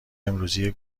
امروزی